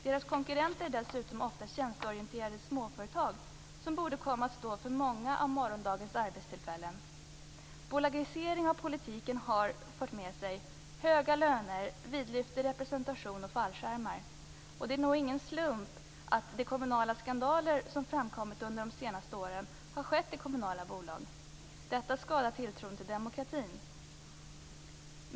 Deras konkurrenter är dessutom oftast tjänsteorienterade småföretag som borde komma att stå för många av morgondagens arbetstillfällen. Bolagisering av politiken har fört med sig höga löner, vidlyftig representation och fallskärmar. Det är nog ingen slump att de kommunala skandaler som framkommit under de senaste åren har skett i kommunala bolag. Detta skadar tilltron till demokratin.